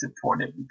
supported